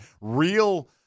real